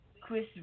Chris